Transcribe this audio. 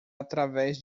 através